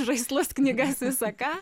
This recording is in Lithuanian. žaislus knygas visa ką